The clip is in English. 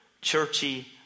churchy